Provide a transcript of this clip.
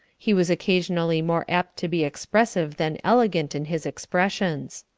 he was occasionally more apt to be expressive than elegant in his expressions.